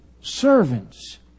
servants